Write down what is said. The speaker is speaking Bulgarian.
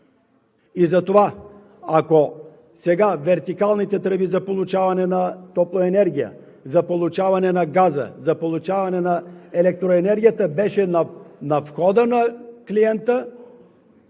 Затова, ако сега вертикалните тръби за получаване на топлоенергия, за получаване на газа, за получаване на електроенергията бяха на входа на клиента,